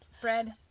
Fred